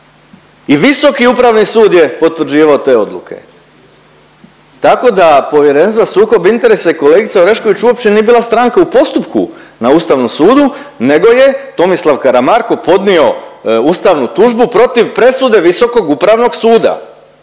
i Visoki upravni sud je potvrđivao te odluke. Tako da Povjerenstvo za sukob interesa i kolegica Orešković uopće nije bila stranka u postupku na Ustavnom sudu nego je Tomislav Karamarko podnio ustavnu tužbu protiv presude Visokog upravnog suda